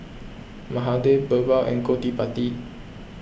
Mahade Birbal and Gottipati